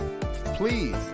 Please